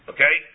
Okay